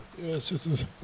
Yes